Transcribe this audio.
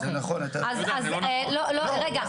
לא רגע,